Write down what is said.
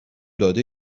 داده